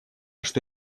что